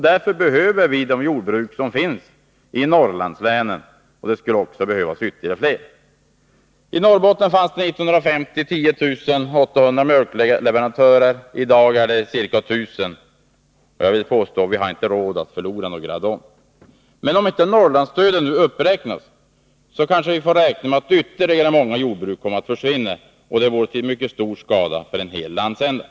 Därför behöver vi de jordbruk som finns i Norrlandslänen och ytterligare många fler. 1950 fanns i Norrbotten 10 800 mjölkleverantörer. I dag finns endast ca 1 000 kvar. Jag vill påstå att vi inte har råd att förlora några fler. Men om inte Norrlandsstödet uppräknas, får vi räkna med att ytterligare många jordbruk försvinner, och det vore till mycket stor skada för en hel landsända.